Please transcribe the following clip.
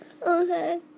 Okay